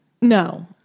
No